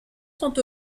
sont